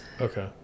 Okay